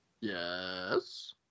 Yes